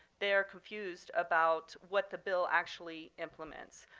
they are confused about what the bill actually implements.